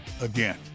again